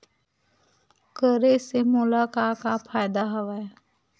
करे से मोला का का फ़ायदा हवय?